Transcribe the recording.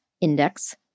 index